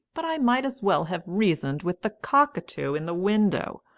but i might as well have reasoned with the cockatoo in the window.